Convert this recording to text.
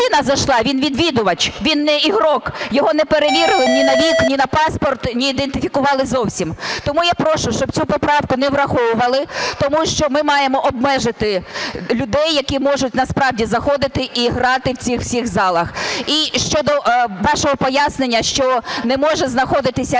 він – відвідувач, він не ігрок". Його не перевірили ні на вік, ні на паспорт, не ідентифікували зовсім. Тому я прошу, щоб цю поправку не враховували, тому що ми маємо обмежити людей, які можуть насправді заходити і грати в цих всіх залах. І щодо вашого пояснення, що не можуть знаходитися